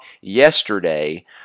yesterday